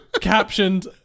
captioned